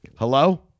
Hello